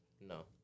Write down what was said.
No